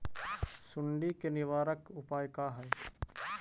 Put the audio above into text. सुंडी के निवारक उपाय का हई?